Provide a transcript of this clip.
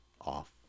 off